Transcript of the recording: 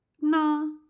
no